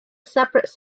separate